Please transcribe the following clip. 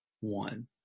one